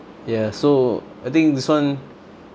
ya so I think this one